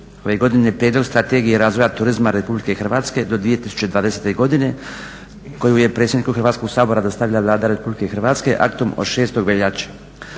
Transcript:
ove godine Prijedlog strategije razvoja turizma Republike Hrvatske do 2020. godine koju je predsjedniku Hrvatskoga sabora dostavila Vlada Republike Hrvatske aktom od 6. veljače.